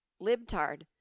libtard